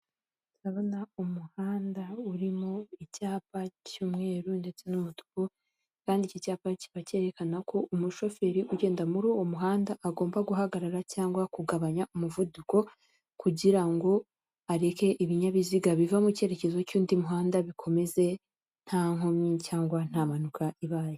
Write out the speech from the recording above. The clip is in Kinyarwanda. Ndabona umuhanda urimo icyapa cy'umweru ndetse n'umutuku kandi, iki cyapa kikaba cyerekana ko umushoferi ugenda muri uwo muhanda agomba guhagarara cyangwa kugabanya umuvuduko, kugira ngo areke ibinyabiziga biva mu kerekezo cy'undi muhanda bikomeze nta nkomyi cyangwa nta mpanuka ibaye.